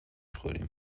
خوریم